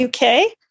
UK